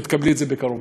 ותקבלי את זה בקרוב.